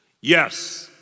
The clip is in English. Yes